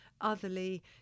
otherly